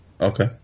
Okay